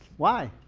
why?